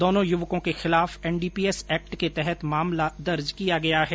दोनों युवकों के खिलाफ एनडीपीएस एक्ट के तहत मामला दर्ज किया गया है